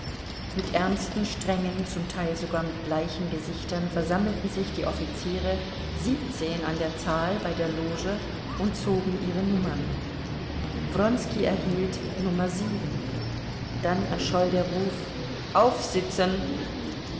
mit ernsten strengen zum teil sogar mit bleichen gesichtern versammelten sich die offiziere siebzehn an der zahl bei der loge und zogen ihre nummern wronski erhielt nummer sieben dann erscholl der ruf aufsitzen